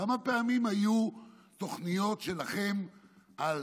כמה פעמים היו תוכניות שלכם על